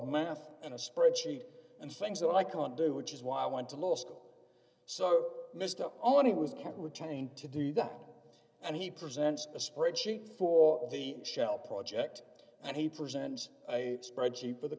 math in a spreadsheet and things that i can't do which is why i went to law school so mr oni was kept returning to do that and he presents a spreadsheet for d the shell project and he presents a spreadsheet for the